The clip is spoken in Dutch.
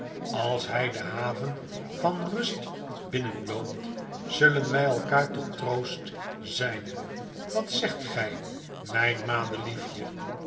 als hij de haven van rust binnenloopt zullen wij elkaar tot troost zijn wat zegt gij mijn